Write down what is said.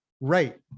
Right